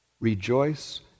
Rejoice